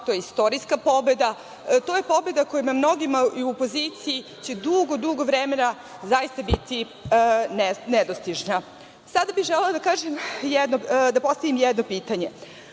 to je istorijska pobeda. To je pobeda koja će mnogima u opoziciji dugo, dugo vremena zaista biti nedostižna. Sada bih želela da postavim jedno pitanje.